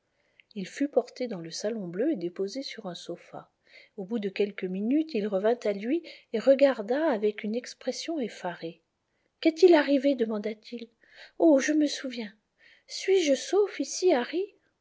il fut porté dans le salon bleu et déposé sur un sofa au bout de quelques minutes il revint à lui et regarda avec une expression effarée qu'est-il arrivé demanda-t-il oh je me souviens suis-je sauf ici